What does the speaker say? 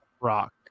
Rock